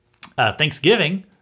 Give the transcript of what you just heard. Thanksgiving